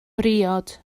briod